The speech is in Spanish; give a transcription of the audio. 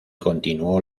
continuó